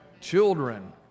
children